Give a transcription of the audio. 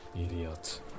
Idiot